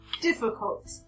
difficult